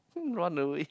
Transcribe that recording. hmm run away